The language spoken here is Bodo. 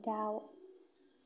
दाउ